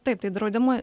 taip tai draudimui